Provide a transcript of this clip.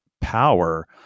power